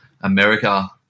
America